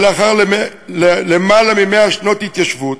ולאחר למעלה מ-100 שנות התיישבות,